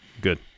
Good